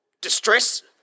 Distress